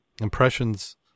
impressions